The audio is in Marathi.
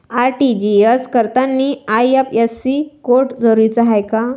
आर.टी.जी.एस करतांनी आय.एफ.एस.सी कोड जरुरीचा हाय का?